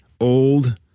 old